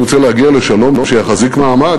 אני רוצה להגיע לשלום שיחזיק מעמד.